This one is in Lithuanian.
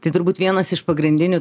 tai turbūt vienas iš pagrindinių